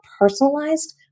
personalized